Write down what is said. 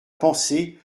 pensée